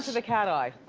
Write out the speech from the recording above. the cat eye.